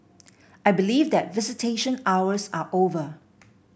I believe that visitation hours are over